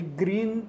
green